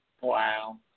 Wow